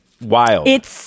Wild